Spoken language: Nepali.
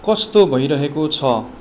कस्तो भइरहेको छ